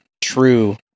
true